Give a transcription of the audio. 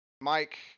Mike